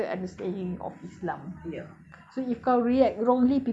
people lagi macam have a better understanding of islam